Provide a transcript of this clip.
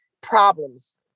problems